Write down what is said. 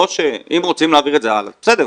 אם רוצים להעביר את זה הלאה אז בסדר.